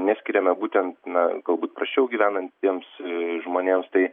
neskiriame būtent na galbūt prasčiau gyvenantiems žmonėms tai